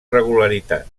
regularitat